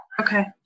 Okay